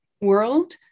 world